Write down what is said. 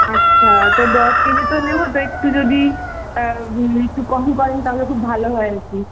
আচ্ছা তো দশ কেজি তো নেবো তো একটু যদি একটু কম করেন তাহলে খুব ভালো হয় আর কি